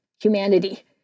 humanity